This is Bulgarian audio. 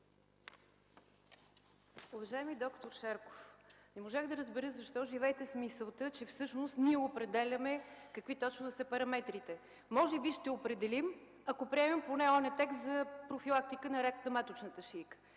Уважаеми д-р Шарков, не можах да разбера защо живеете с мисълта, че всъщност ние определяме какви точно да са параметрите. Може би ще определим, ако приемем поне онзи текст за профилактика за рак на маточната шийка.